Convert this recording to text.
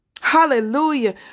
Hallelujah